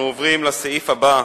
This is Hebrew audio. אנחנו עוברים לסעיף הבא בסדר-היום: